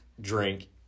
drink